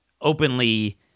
openly